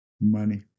Money